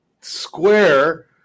square